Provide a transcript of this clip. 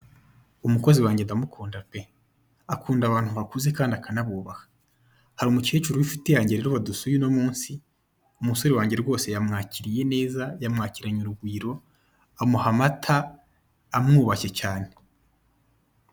Umukozi wange ndamukunda pe! akunda abantu bakuze kandi akanabubaha, hari umukecuru w'inshuti yange rero wadusuye uno munsi umusore wange rwose yamwakiriye neza yamwakiranye urugwiro, amuha amata amwubashye cyane.